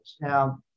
Now